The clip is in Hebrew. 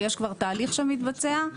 יש כבר תהליך שמתבצע.